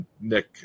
Nick